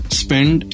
spend